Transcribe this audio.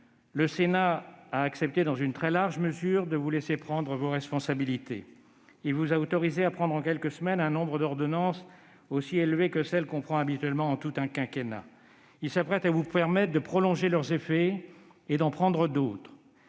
le Sénat a accepté dans une très large mesure de vous laisser prendre vos responsabilités. Il vous a autorisé à prendre en quelques semaines autant d'ordonnances qu'on en prend habituellement durant tout un quinquennat. Il s'apprête à vous permettre de prolonger leurs effets et d'en prendre de